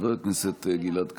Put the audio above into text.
חבר הכנסת גלעד קריב,